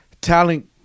talent